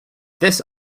this